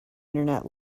internet